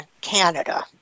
Canada